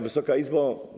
Wysoka Izbo!